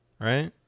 right